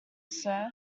sir